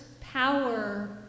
power